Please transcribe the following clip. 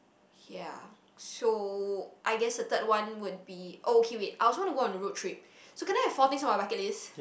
ya so I guess the third one would be okay wait I also want to go on the road trip so can I have four things on my bucket list